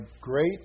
great